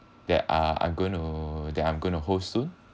that ah I'm going to that I'm going to host soon